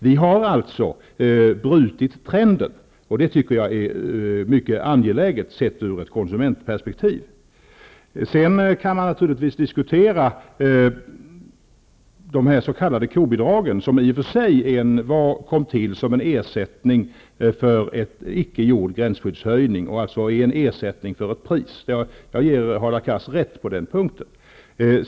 Vi har brutit trenden, och det tycker jag, sett ur ett konsumentperspektiv, är angeläget. Det går naturligtvis att diskutera de s.k. kobidragen, som i och för sig kom till som en ersättning för en icke gjord gränsskyddshöjning -- det är alltså fråga om en ersättning för ett pris. Jag ger Hadar Cars rätt på den punkten.